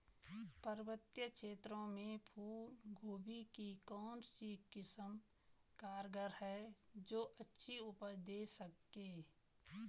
पर्वतीय क्षेत्रों में फूल गोभी की कौन सी किस्म कारगर है जो अच्छी उपज दें सके?